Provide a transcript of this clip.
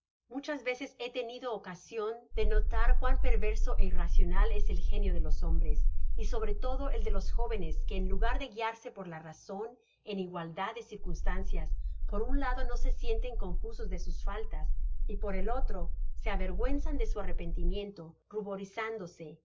muchas veces he tenido ocasion da notar cuán perverso e irracional es el génio de los hombres y sobre todo el de los jóvenes que en lugar de guiarse por la razon en igualdad de circunstancias por un lado no se sienten confusos de sus faltas y por el otro se avergüenzan de su arrepentimiento ruborizándose no